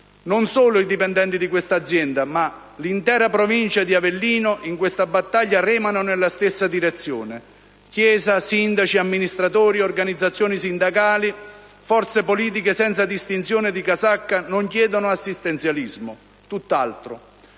Non solo i dipendenti di questa azienda, ma l'intera provincia di Avellino in questa battaglia remano nella stessa direzione: Chiesa, sindaci, amministratori, organizzazioni sindacali, forze politiche senza distinzione di casacca non chiedono assistenzialismo. Tutt'altro: